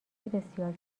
بسیار